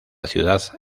ciudad